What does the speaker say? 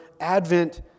Advent